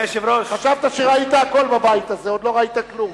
חשבת שראית הכול בבית הזה, עוד לא ראית כלום.